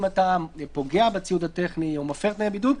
אתה פוגע בציוד הטכני או מפר תנאי בידוד,